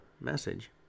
message